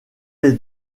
les